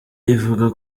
ivuga